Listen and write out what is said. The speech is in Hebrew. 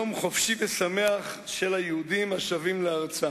יום חופשי ושמח של היהודים השבים לארצם